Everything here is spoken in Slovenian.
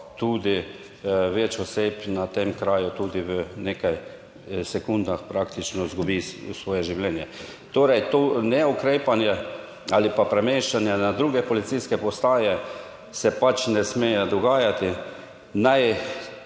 tudi več oseb na tem kraju tudi v nekaj sekundah praktično izgubi svoje življenje. Torej to neukrepanje ali pa premeščanje na druge policijske postaje se pač ne sme dogajati. Naj